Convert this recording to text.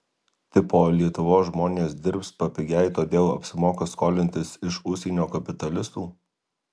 tipo lietuvos žmonės dirbs papigiai todėl apsimoka skolintis iš užsienio kapitalistų